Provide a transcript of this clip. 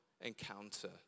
encounter